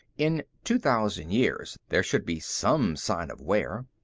in two thousand years, there should be some sign of wear.